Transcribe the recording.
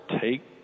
take